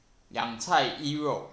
两菜一肉